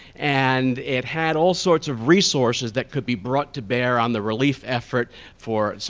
and it had all sorts of resources that could be brought to bear on the relief effort for